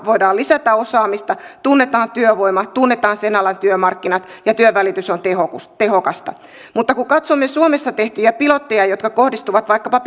voidaan lisätä osaamista tunnetaan työvoima tunnetaan sen alan työmarkkinat ja työnvälitys on tehokasta mutta kun katsomme suomessa tehtyjä pilotteja jotka kohdistuvat vaikkapa